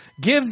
Give